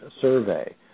survey